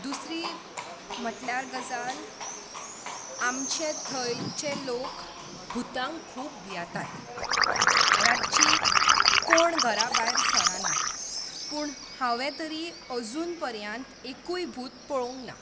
दुसरी म्हटल्यार गजाल आमचे थंयचे लोक भुतांक खूब भियेतात रातचीं कोण घरा भायर सरानात पूण हांवें तरी अजून पर्यांत एकूय भूत पळोवंक ना